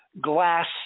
glass